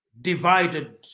divided